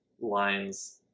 lines